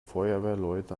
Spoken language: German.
feuerwehrleute